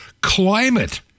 climate